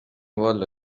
والا